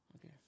Okay